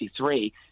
1963